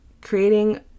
creating